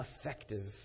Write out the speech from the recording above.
effective